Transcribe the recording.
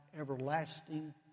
everlasting